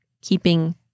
keeping